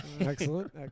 Excellent